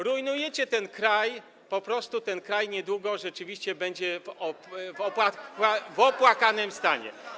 Rujnujecie ten kraj, po prostu ten kraj niedługo rzeczywiście będzie w opłakanym stanie.